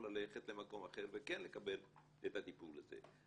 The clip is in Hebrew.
ללכת למקום אחר וכן לקבל את הטיפול הזה.